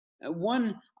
One